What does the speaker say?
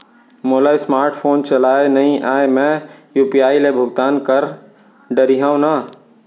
मोला smartphone चलाए नई आए मैं यू.पी.आई ले भुगतान कर डरिहंव न?